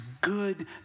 good